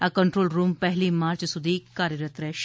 આ control room પહેલી માર્ચ સુધી કાર્યરત રહેશે